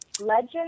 Legend